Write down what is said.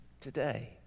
today